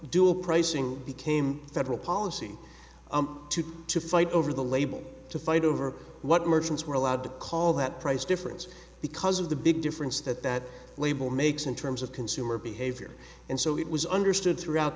dual pricing became federal policy to fight over the label to fight over what merchants were allowed to call that price difference because of the big difference that that label makes in terms of consumer behavior and so it was understood throughout